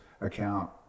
account